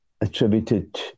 attributed